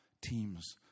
teams